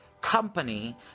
company